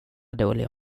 dåliga